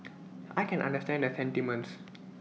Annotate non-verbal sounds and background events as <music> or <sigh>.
<noise> I can understand the sentiments <noise>